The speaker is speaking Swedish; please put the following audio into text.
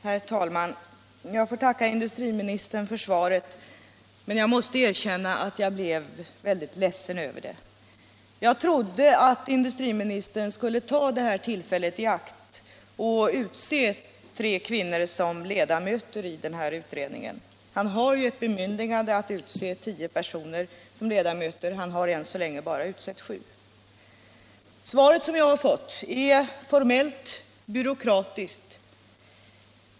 Herr talman! Jag får tacka industriministern för svaret, men jag måste erkänna att jag blev väldigt ledsen över det. Jag trodde att industriministern skulle ta tillfället i akt och utse tre kvinnor som ledamöter i den här utredningen. Han har ju ett bemyndigande att utse tio personer som ledamöter och har än så länge bara utsett sju. Svaret som jag fått är formellt byråkratiskt.